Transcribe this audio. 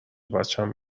بچم